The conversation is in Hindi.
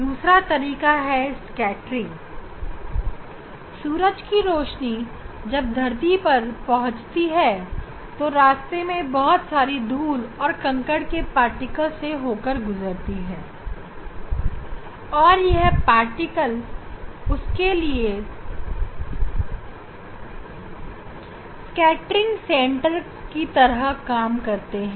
दूसरा तरीका स्कैटरिंगहै जब धरती पर सूरज की रोशनी पहुँचती है तो रास्ते में बहुत सारे धूल और कंकड़ के अनु से होकर गुजरती है और यह अनु उसके लिए स्कैटरिंग सेंटर की तरह काम करते हैं